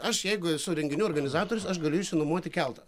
aš jeigu esu renginių organizatorius aš galiu išsinuomoti keltą